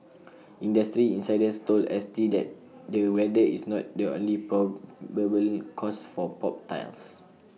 industry insiders told S T that the weather is not the only probably cause for popped tiles